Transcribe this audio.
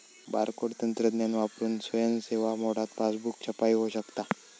barcode तंत्रज्ञान वापरून स्वयं सेवा मोडात पासबुक छपाई होऊ शकता